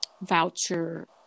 voucher